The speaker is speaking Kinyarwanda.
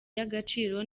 y’agaciro